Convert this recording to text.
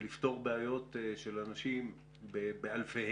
ולפתור בעיות של אנשים באלפיהם